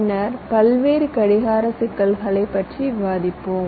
பின்னர் பல்வேறு கடிகார சிக்கல்களை பற்றி விவாதிப்போம்